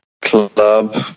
club